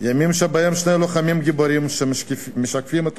ימים שבהם שני לוחמים גיבורים שמשקפים את